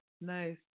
Nice